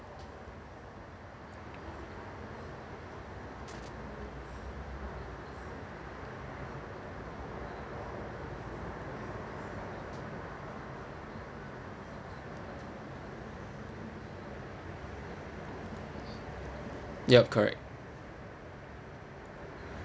yup correct